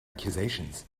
accusations